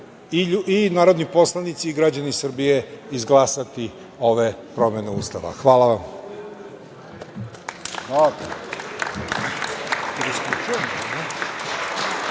i narodni poslanici i građani Srbije izglasati ove promene Ustava. Hvala vam. **Vladimir